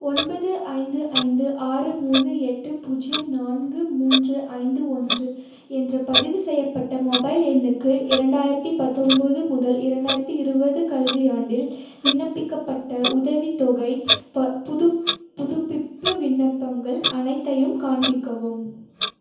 ஒன்பது ஐந்து ஐந்து ஆறு மூணு எட்டு பூஜ்ஜியம் நான்கு மூன்று ஐந்து ஒன்று என்ற பதிவுச் செய்யப்பட்ட மொபைல் எண்ணுக்கு இரண்டாயிரத்தி பத்தொம்பது முதல் இரண்டாயிரத்தி இருபது கல்வியாண்டில் விண்ணப்பிக்கப்பட்ட உதவித்தொகைப் ப புதுப்பிப்பு விண்ணப்பங்கள் அனைத்தையும் காண்பிக்கவும்